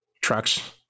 trucks